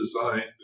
designed